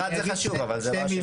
המשרד זה חשוב, אבל זה לא השטח.